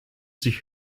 sich